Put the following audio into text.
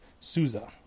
Souza